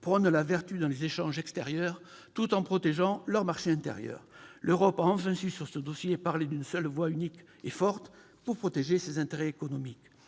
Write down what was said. prônent la vertu dans les échanges extérieurs tout en protégeant leur marché intérieur. L'Europe a enfin su, sur ce dossier, parler d'une voix unique et forte pour protéger ses intérêts économiques.